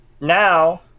Now